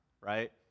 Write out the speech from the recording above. right